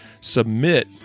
submit